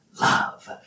love